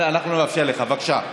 אנחנו נאפשר לך, בבקשה.